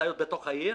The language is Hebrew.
ומשאיות בתוך העיר,